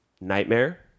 Nightmare